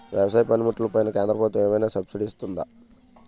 వ్యవసాయ పనిముట్లు పైన కేంద్రప్రభుత్వం ఏమైనా సబ్సిడీ ఇస్తుందా?